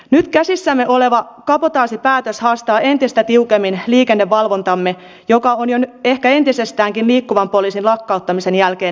nyt käsissämme oleva kabotaasipäätös haastaa entistä tiukemmin liikennevalvontamme joka on ehkä entisestäänkin liikkuvan poliisin lakkauttamisen jälkeen heikentynyt